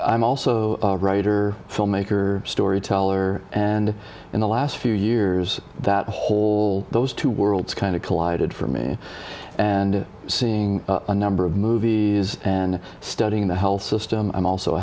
i'm also writer filmmaker storyteller and in the last few years that whole those two worlds kind of collided for me and seeing a number of movies and studying the health system i'm also